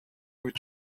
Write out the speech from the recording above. гэж